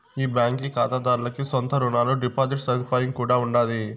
ఈ బాంకీ కాతాదార్లకి సొంత రునాలు, డిపాజిట్ సదుపాయం కూడా ఉండాది